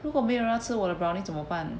如果没有人要吃我的 brownie 怎么办